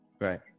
Right